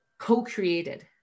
co-created